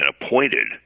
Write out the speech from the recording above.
appointed